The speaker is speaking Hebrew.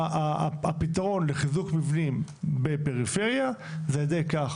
הפתרון לחיזוק מבנים בפריפריה זה על ידי כך